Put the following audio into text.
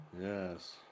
Yes